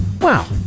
Wow